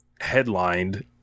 headlined